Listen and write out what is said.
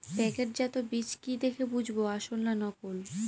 প্যাকেটজাত বীজ কি দেখে বুঝব আসল না নকল?